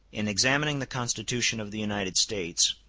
in examining the constitution of the united states,